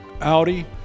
Audi